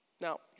Now